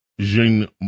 Jean